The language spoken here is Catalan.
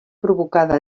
provocada